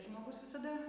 žmogus visada